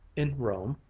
in rome?